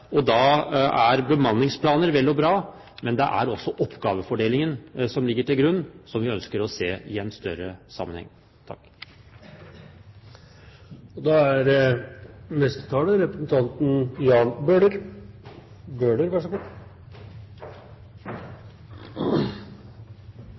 og da er bemanningsplaner vel og bra, men det er også oppgavefordelingen som ligger til grunn som vi ønsker å se i en større sammenheng. Bare en liten presisering, i og med at representanten